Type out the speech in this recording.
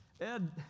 Ed